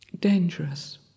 dangerous